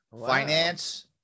finance